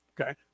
Okay